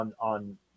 on –